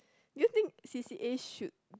do you think C_C_A should